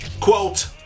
quote